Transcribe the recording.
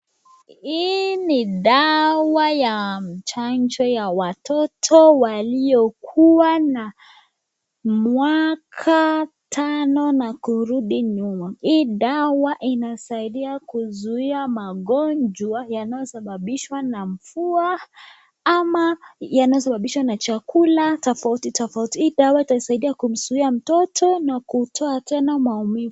Hii ni dawa ya chanjo ya watoto waliokuwa na miaka tano na kurudi nyuma. Hii dawa inasaidia kuzuia magonjwa yanayosababishwa na mvua ama yanayosababishwa na chakula tofauti tofauti. Hii dawa itasaidia kumzuia mtoto na kutoa tena maumivu.